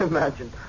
Imagine